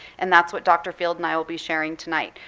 and that's what dr. field and i will be sharing tonight.